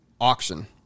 auction